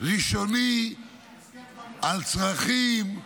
ראשוני על צרכים,